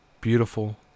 Beautiful